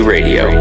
Radio